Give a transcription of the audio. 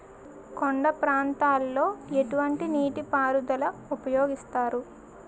కొండ ప్రాంతాల్లో ఎటువంటి నీటి పారుదల ఉపయోగిస్తారు?